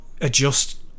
adjust